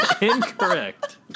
Incorrect